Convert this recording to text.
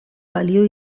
balio